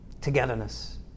Togetherness